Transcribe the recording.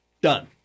Done